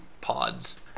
pods